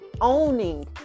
owning